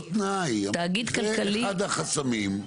לא תנאי, אבל זה אחד החסמים.